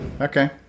Okay